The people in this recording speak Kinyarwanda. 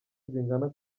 zingana